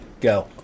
go